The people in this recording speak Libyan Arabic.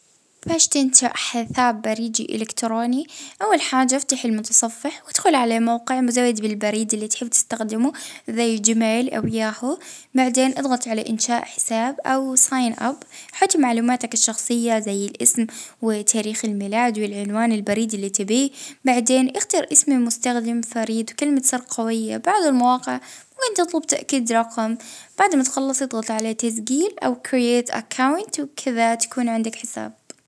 اه خش على موقع مزود الخدمة البريد الإلكتروني زي الجيميل أو الياهوو، أختار إنشاء حساب عبى البيانات المطلوبة زي الإسم واللقب واسم المستخدم وكلمة المرور وافق على الشروط والسياسات الحساب عن طريق الرمز المرسل إليك.